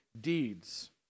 deeds